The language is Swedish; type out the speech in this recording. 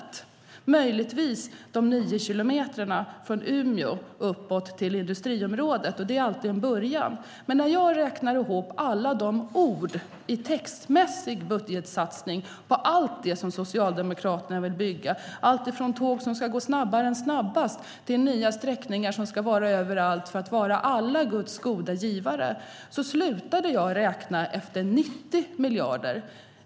Det gäller möjligtvis de nio kilometerna från Umeå och uppåt till industriområdet. Det är alltid en början. När jag räknade ihop alla de ord i textmässig budgetsatsning på allt det Socialdemokraterna vill bygga, alltifrån tåg som ska gå snabbare än snabbast till nya sträckningar som ska vara överallt för att vara alla Guds goda gåvors givare, slutade jag räkna efter 90 miljarder.